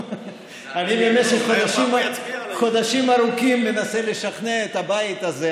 אני במשך חודשים ארוכים מנסה לשכנע את הבית הזה,